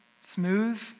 smooth